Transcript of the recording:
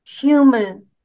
human